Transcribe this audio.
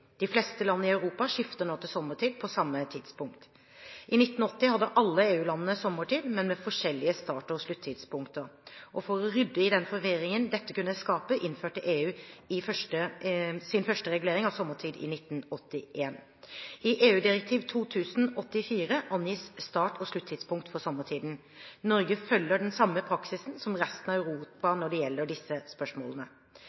De fleste land i Europa skifter nå til sommertid på samme tidspunkt. I 1980 hadde alle EU-landene sommertid, men med forskjellige start- og sluttidspunkter. For å rydde opp i den forvirringen dette kunne skape, innførte EU sin første regulering av sommertid i 1981. I EU-direktiv 2000/84 angis start- og sluttidspunkt for sommertiden. Norge følger den samme praksisen som resten av